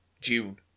June